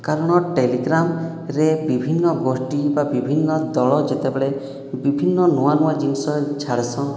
କାରଣ ଟେଲିଗ୍ରାମରେ ବିଭିନ୍ନ ଗୋଷ୍ଟି ବା ବିଭିନ୍ନ ଦଳ ଯେତେବେଳେ ବିଭିନ୍ନ ନୂଆ ନୂଆ ଜିନିଷ ଛାଡ଼ିସଁ